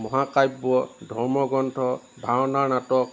মহাকাব্য় ধৰ্ম গ্ৰন্থ ভাওনাৰ নাটক